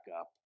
up